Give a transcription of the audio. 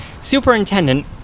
superintendent